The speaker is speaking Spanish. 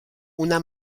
una